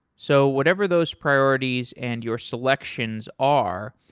so whatever those priorities and your selections are,